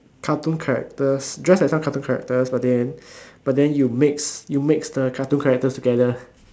cartoon characters dress as some cartoon characters but then but then you mix you mix the cartoon characters together